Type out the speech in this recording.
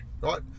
right